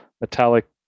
metallic